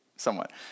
somewhat